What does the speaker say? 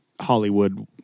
Hollywood